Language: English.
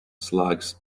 slugs